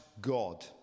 God